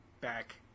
back